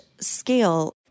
scale